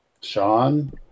Sean